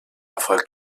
erfolg